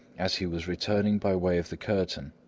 as he was returning by way of the curtain,